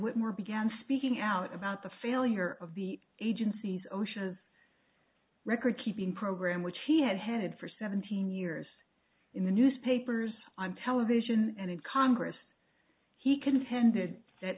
with more began speaking out about the failure of the agency's osha's record keeping program which he had headed for seventeen years in the newspapers on television and in congress he contended that